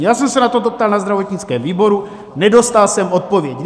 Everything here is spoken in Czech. Já jsem se na toto ptal na zdravotnickém výboru, nedostal jsem odpověď.